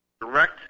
direct